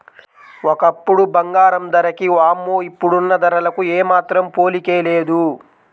ఒకప్పుడు బంగారం ధరకి వామ్మో ఇప్పుడున్న ధరలకు ఏమాత్రం పోలికే లేదు